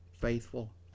faithful